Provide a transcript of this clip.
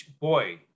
boy